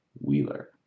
Wheeler